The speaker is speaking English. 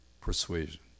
persuasion